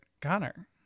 Connor